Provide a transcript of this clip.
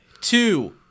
two